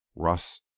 Russ